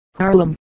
Harlem